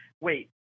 Wait